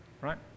Right